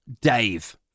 dave